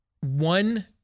one